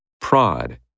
Prod